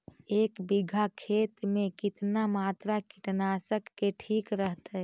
एक बीघा खेत में कितना मात्रा कीटनाशक के ठिक रहतय?